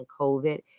COVID